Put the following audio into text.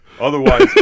Otherwise